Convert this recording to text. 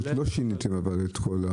אבל לא שיניתם את זה.